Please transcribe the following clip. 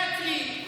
זה הכלי,